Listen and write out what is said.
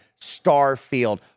Starfield